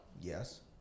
Yes